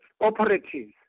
operatives